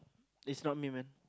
is not me man